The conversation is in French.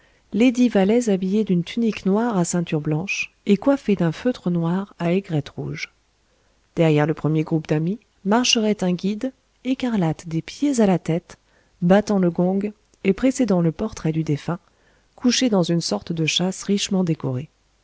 lesdits valets habillés d'une tunique noire à ceinture blanche et coiffés d'un feutre noir à aigrette rouge derrière le premier groupe d'amis marcherait un guide écarlate des pieds à la tête battant le gong et précédant le portrait du défunt couché dans une sorte de châsse richement décorée